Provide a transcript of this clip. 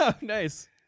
nice